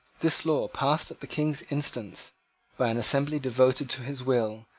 this law, passed at the king's instance by an assembly devoted to his will,